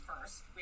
first